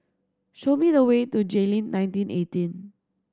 show me the way to Jayleen nineteen eighteen